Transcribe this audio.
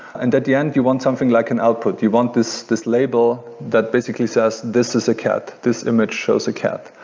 and at the end, you want something like an output. you want this this label that basically says this is a cat. this image shows a cat.